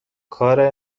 کار